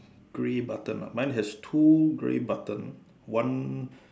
gray button lah mine has two grey button one